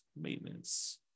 Maintenance